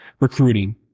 recruiting